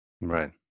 right